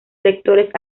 lectores